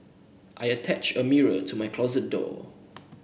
I attached a mirror to my closet door